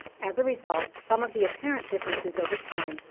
as a result, some of the apparent differences over time,